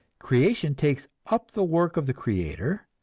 creation takes up the work of the creator,